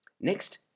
Next